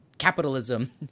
Capitalism